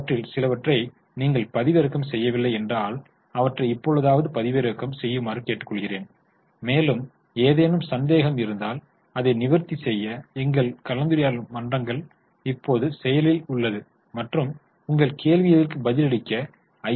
அவற்றில் சிலவற்றை நீங்கள் பதிவிறக்கம் செய்யவில்லை என்றால் அவற்றைப் இப்பொழுதாவது பதிவிறக்கம் செய்யுமாறு கேட்டுக்கொள்கிறேன் மேலும் ஏதேனும் சந்தேகம் இருந்தால் அதை நிவர்த்தி செய்ய எங்கள் கலந்துரையாடல் மன்றங்கள் இப்போது செயலில் உள்ளது மற்றும் உங்கள் கேள்விகளுக்கு பதிலளிக்க ஐ